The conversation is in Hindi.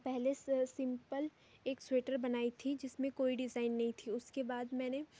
पहले स सिंपल एक स्वेटर बनाई थी जिसमें कोई डिजाईन नहीं थी उसके बाद मैंने